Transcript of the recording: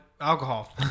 alcohol